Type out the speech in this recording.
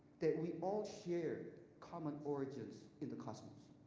that we all share common origins in the cosmos